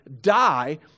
die